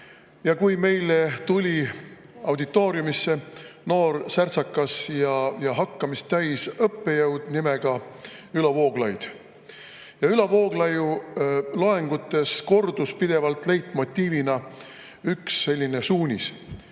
Stones. Meile tuli auditooriumisse noor, särtsakas ja hakkamist täis õppejõud nimega Ülo Vooglaid. Ülo Vooglaiu loengutes kordus pidevalt leitmotiivina üks selline suunis: